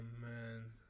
man